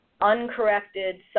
uncorrected